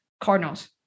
Cardinals